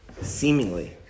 Seemingly